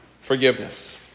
forgiveness